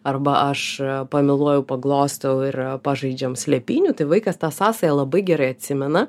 arba aš pamyluoju paglostau ir pažaidžiam slėpynių tai vaikas tą sąsają labai gerai atsimena